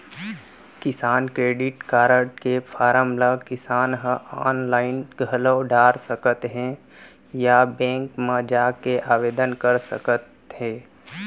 किसान credit card के form ल किसान ह आनलाइन घलौ डार सकत हें या बेंक म जाके आवेदन कर सकत हे